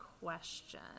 question